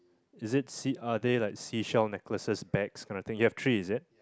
is it sea are they like seashell necklaces bags kind of thing you have three is it